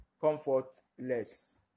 comfortless